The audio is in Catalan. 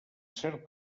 cert